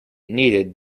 needed